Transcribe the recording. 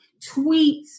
tweets